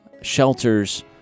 shelters